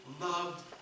loved